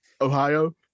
Ohio